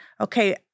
okay